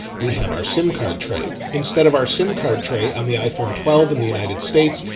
we have our sim card tray instead of our sim card tray on the iphone twelve in the united states,